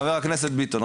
חבר הכנסת ביטון,